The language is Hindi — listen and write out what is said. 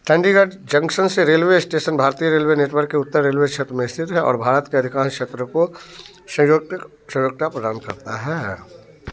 चंडीगढ़ जंक्शन रेलवे स्टेशन भारतीय रेलवे नेटवर्क के उत्तर रेलवे क्षेत्र में स्थित है और भारत के अधिकांश क्षेत्रों को संयोजकता प्रदान करता है